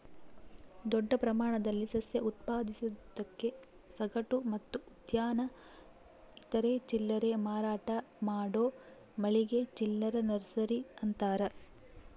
ದೊಡ್ಡ ಪ್ರಮಾಣದಲ್ಲಿ ಸಸ್ಯ ಉತ್ಪಾದಿಸೋದಕ್ಕೆ ಸಗಟು ಮತ್ತು ಉದ್ಯಾನ ಇತರೆ ಚಿಲ್ಲರೆ ಮಾರಾಟ ಮಾಡೋ ಮಳಿಗೆ ಚಿಲ್ಲರೆ ನರ್ಸರಿ ಅಂತಾರ